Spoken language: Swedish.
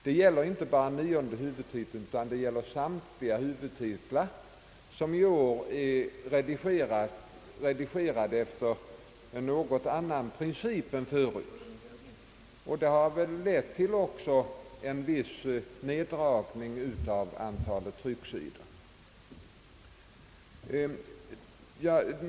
Detta gäller ju inte bara nionde huvudtiteln utan samtliga huvudtitlar som i år är redigerade efter en annan princip än tidigare, och detta har väl också lett till en viss minskning av antalet trycksidor.